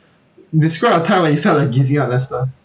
describe a time where you felt like giving up lester